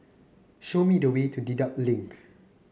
show me the way to Dedap Link